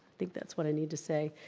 think that's what i need to say.